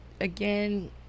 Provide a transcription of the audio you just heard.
again